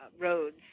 roads